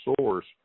source